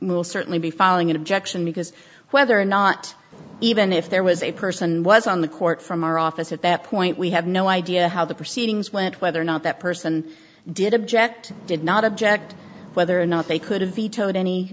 certainly be filing in objection because whether or not even if there was a person was on the court from our office at that point we have no idea how the proceedings went whether or not that person did object did not object whether or not they could have vetoed any